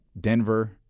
Denver